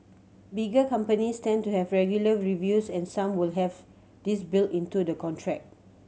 bigger companies tend to have regular reviews and some will have this built into the contract